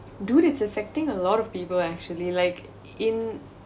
dude it's affecting a lot of people actually like in